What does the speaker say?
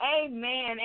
amen